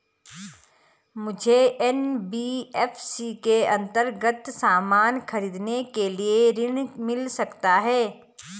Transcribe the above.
मुझे एन.बी.एफ.सी के अन्तर्गत सामान खरीदने के लिए ऋण मिल सकता है?